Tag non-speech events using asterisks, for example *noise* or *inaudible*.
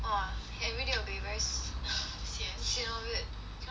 everyday will be very si~ *laughs* sian of it cannot take it